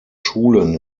schulen